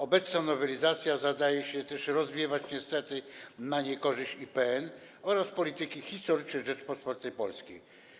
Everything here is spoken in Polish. Obecna nowelizacja zdaje się je rozwiewać, niestety na niekorzyść IPN oraz polityki historycznej Rzeczypospolitej Polskiej.